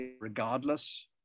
regardless